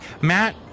Matt